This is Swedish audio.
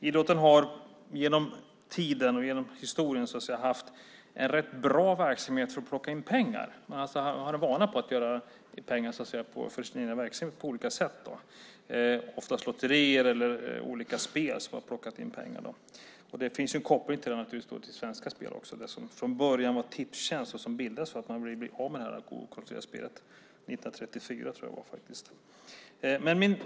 Idrotten har genom tiden och genom historien haft en rätt bra verksamhet för att plocka in pengar. Man har vana att dra in pengar för sin egen verksamhet på olika sätt. Det är oftast lotterier eller olika spel som har plockat in pengar. Det finns naturligtvis en koppling till Svenska Spel som från början var Tipstjänst och som bildades för att man ville bli av med det okontrollerade spelet. 1934 tror jag att det var.